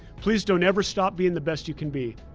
please don't ever stop being the best you can be.